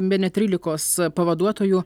bene trylikos pavaduotojų